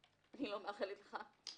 אני לא מאחלת לך.